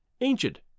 ancient